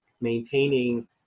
maintaining